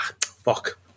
Fuck